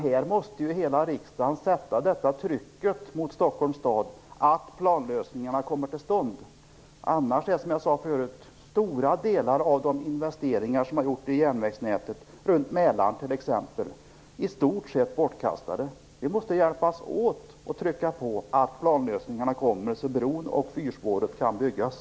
Här måste hela riksdagen sätta tryck på Stockholms stad för att planlösningarna skall komma till stånd. Annars är, som jag sade förut, stora delar av de investeringar som gjorts i järnvägsnätet, t.ex. runt Mälaren, i stort sett bortkastade. Vi måste hjälpas åt att trycka på för att planlösningarna kommer, så att bron och fyrspåret kan byggas.